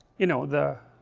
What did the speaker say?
you know, the,